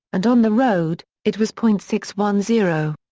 and on the road, it was point six one zero.